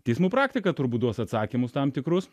teismų praktiką turbūt duos atsakymus tam tikrus